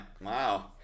wow